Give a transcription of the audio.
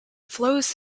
flows